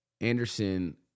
Anderson